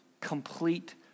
complete